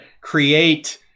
create